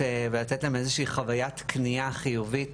ולתת להן איזו שהיא חווית קנייה חיובית.